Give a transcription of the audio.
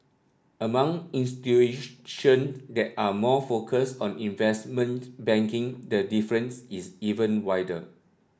among institutions that are more focus on investment banking the difference is even wider